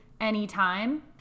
anytime